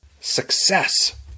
Success